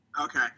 Okay